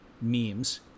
memes